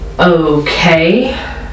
Okay